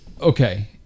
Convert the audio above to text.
Okay